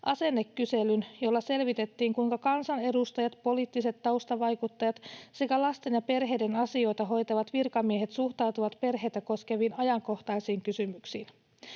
asennekyselyn, jolla selvitettiin, kuinka kansanedustajat, poliittiset taustavaikuttajat sekä lasten ja perheiden asioita hoitavat virkamiehet suhtautuvat perheitä koskeviin ajankohtaisiin kysymyksiin.